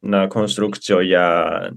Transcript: na konstrukcijoje